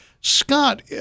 Scott